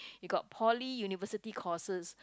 you got Poly University courses